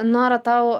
nora tau